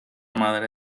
madre